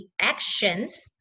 actions